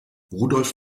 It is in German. rudolf